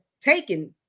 taken